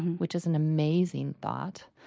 which is an amazing thought.